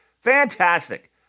Fantastic